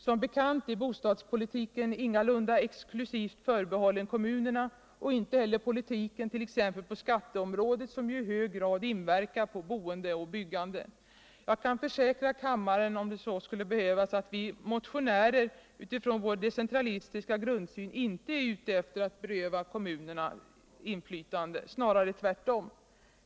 Som bekant är bostadspolitiken ingalunda exklusivt förbehållen kommunerna och inte heller politiken t.ex. på skatteområdet, som i hög grad inverkar på boende och byggande. Jag kan försäkra kammaren, om det nu skall behövas, att vi motionärer utifrån vår decentralistiska grundsyn inte är ute efter att beröva kommunerna inflytande. Snarare tvärtom.